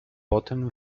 potem